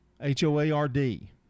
H-O-A-R-D